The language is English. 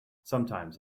sometimes